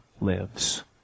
lives